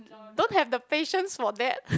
don't have the patience for that